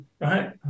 right